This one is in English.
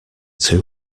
two